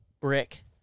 brick